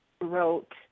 wrote